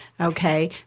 Okay